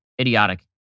idiotic